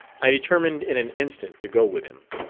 i determined in an instant to go with him.